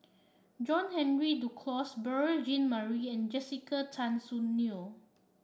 John Henry Duclos Beurel Jean Marie and Jessica Tan Soon Neo